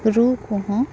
ᱨᱩ ᱠᱚ ᱦᱚᱸ